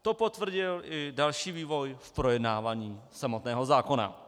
To potvrdil i další vývoj v projednávání samotného zákona.